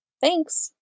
Thanks